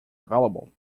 available